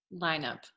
lineup